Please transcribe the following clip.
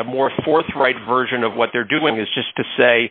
of more forthright version of what they're doing is just to say